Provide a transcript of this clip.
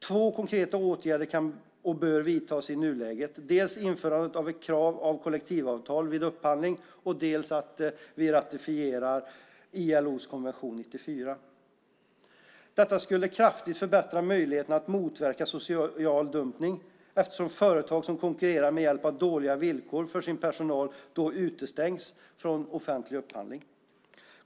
Två konkreta åtgärder kan och bör vidtas i nuläget, dels införande av ett krav på kollektivavtal vid upphandling, dels svensk ratificering av ILO:s konvention 94. Detta skulle kraftigt förbättra möjligheterna att motverka social dumpning, eftersom företag som konkurrerar med hjälp av dåliga villkor för sin personal då utestängs från offentliga upphandlingar.